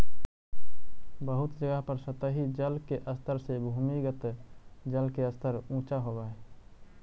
बहुत जगह पर सतही जल के स्तर से भूमिगत जल के स्तर ऊँचा होवऽ हई